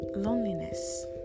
loneliness